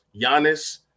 Giannis